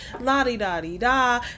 La-di-da-di-da